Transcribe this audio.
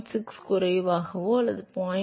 6 குறைவாகவோ அல்லது 0